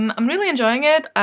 um i'm really enjoying it.